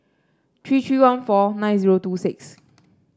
three three one four nine zero two six